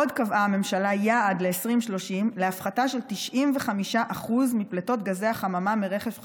עוד קבעה הממשלה יעד ל-2030 להפחתה של 95% מפליטות גזי החממה מרכב חדש,